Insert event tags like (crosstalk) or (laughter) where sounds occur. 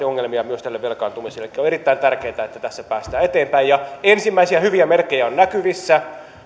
(unintelligible) ongelmia myös tämän velkaantumisen osalta on erittäin tärkeää että tässä päästään eteenpäin ja ensimmäisiä hyviä merkkejä on näkyvissä